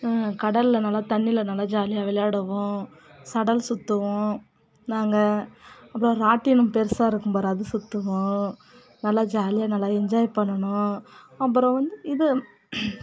கடலில் நல்லா தண்ணியில நல்லா ஜாலியாக விளையாடுவோம் சடல் சுற்றுவோம் நாங்கள் அப்புறம் ராட்டினம் பெருசாக இருக்கும் பார் அது சுற்றுவோம் நல்லா ஜாலியாக நல்லா என்ஜாய் பண்ணுனோம் அப்புறம் வந்து இது